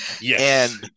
Yes